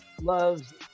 loves